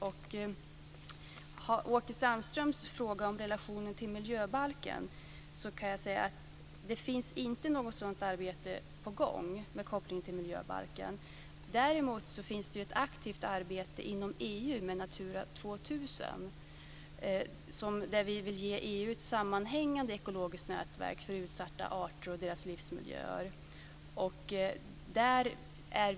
På Åke Sandströms fråga om relationen till miljöbalken kan jag svara att det inte finns något sådant arbete på gång med koppling till miljöbalken. Däremot finns det ett aktivt arbete inom EU med Natura 2000 där vi vill ge EU ett sammanhängande ekologiskt nätverk för utsatta arter och deras livsmiljöer.